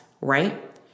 right